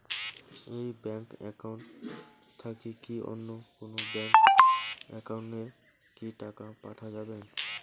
এই bank account থাকি কি অন্য কোনো ব্যাংক একাউন্ট এ কি টাকা পাঠা যাবে?